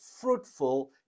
fruitful